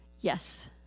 Yes